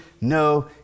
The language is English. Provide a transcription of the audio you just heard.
no